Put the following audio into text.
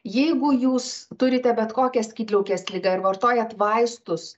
jeigu jūs turite bet kokią skydliaukės ligą ir vartojat vaistus